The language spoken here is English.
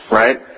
right